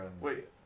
Wait